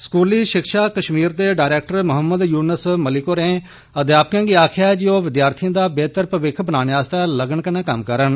स्कूली शिक्षा कश्मीर दे डायरेक्टर मोहम्मद युनुस मलिक होरें अध्यापकें गी आक्खेआ ऐ जे ओ विद्यार्थिएं दा बेहतर मविक्ख बनाने आस्तै लगन कन्नै कम्म करन